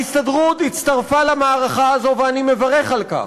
ההסתדרות הצטרפה למערכה הזאת, ואני מברך על כך,